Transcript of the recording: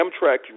Amtrak